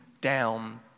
down